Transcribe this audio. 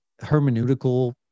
hermeneutical